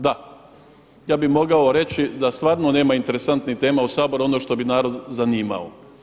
Da, ja bih mogao reći da stvarno nema interesantnih tema u Saboru, ono što bi narod zanimalo.